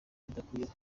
bidakwiye